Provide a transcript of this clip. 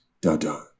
Da-da